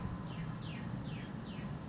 yeah